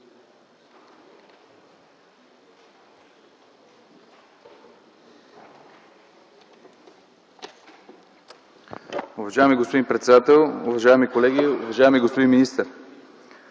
Уважаеми господин председател, уважаеми колеги, уважаеми господин министър!